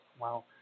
Wow